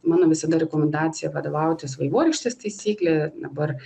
mano visada rekomendacija vadovautis vaivorykštės taisykle dabar